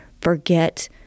forget